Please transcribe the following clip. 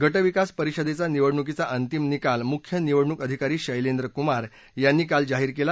गट विकास परिषदेचा निवडणुकीचा अंतिम निकाल मुख्य निवडणूक अधिकारी शैलेंद्र कुमार यांनी काल जाहीर केला